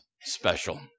special